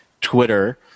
Twitter